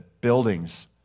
buildings